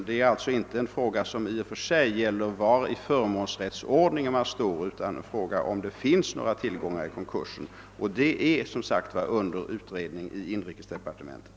Det är alltså inte en fråga som i och för sig gäller var i förmånsrättsordningen man står, utan den gäller om det finns några tillgångar i konkursen. Den saken är, som sagt, under utredning i inrikesdepartementet.